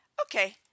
Okay